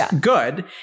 good